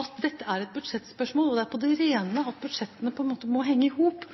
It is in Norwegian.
at dette er et budsjettspørsmål, og det er på det rene at budsjettene må henge i hop. Derfor må regjeringen se dette i